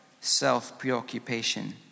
self-preoccupation